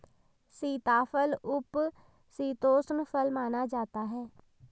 सीताफल उपशीतोष्ण फल माना जाता है